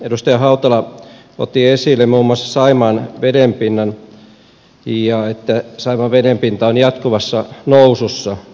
edustaja hautala otti esille muun muassa saimaan vedenpinnan ja että saimaan vedenpinta on jatkuvassa nousussa